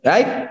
Right